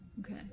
Okay